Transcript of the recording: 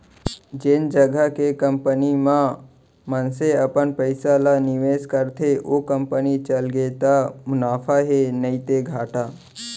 जेन जघा के कंपनी म मनसे अपन पइसा ल निवेस करथे ओ कंपनी चलगे त मुनाफा हे नइते घाटा